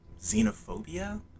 xenophobia